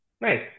nice